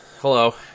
Hello